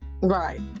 Right